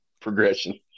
progression